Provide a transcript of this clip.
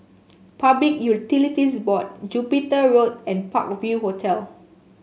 Public Utilities Board Jupiter Road and Park View Hotel